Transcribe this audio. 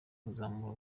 kuzamura